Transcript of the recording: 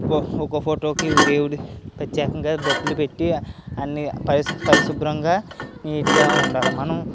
ఒక ఫోటోకి దేవుడి ప్రత్యేకంగా దేవుడికి బొట్లు పెట్టి అన్నీ పరిశుభ్రంగా నీట్గా ఉండాలి మనం